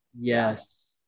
yes